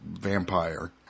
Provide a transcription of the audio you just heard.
vampire